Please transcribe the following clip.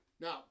Now